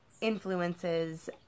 influences